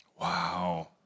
Wow